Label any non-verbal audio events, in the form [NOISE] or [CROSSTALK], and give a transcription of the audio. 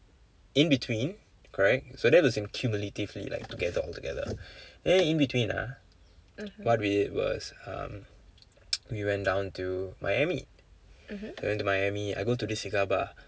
inbetween correct so that was in cumulatively like together altogether and then inbetween ah what we did was um [NOISE] we went down to miami went to miami I go to this cigar bar